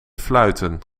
fluiten